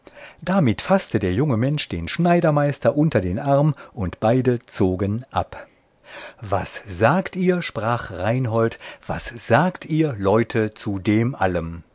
damit faßte der junge mensch den schneidermeister unter den arm und beide zogen ab was sagt ihr sprach reinhold was sagt ihr leute zu dem allem